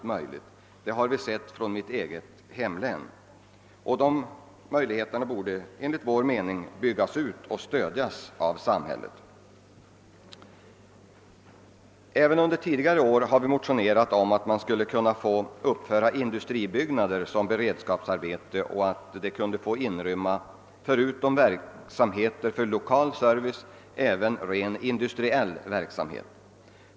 Jag har exempel härvidlag från mitt eget hemlän, och möjligheterna bör enligt vår mening vidgas och stöd lämnas av samhället. Även under tidigare år har vi motionerat om att man skulle få uppföra industribyggnader som beredskapsarbete och att dessa förutom verksamheter för lokal service även skulle få inrymma rent industriell verksamhet.